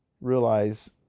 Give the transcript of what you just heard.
realize